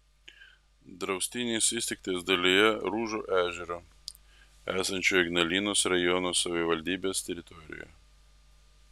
draustinis įsteigtas dalyje rūžo ežero esančio ignalinos rajono savivaldybės teritorijoje